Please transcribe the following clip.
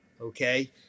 Okay